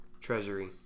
treasury